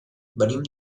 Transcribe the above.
venim